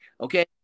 okay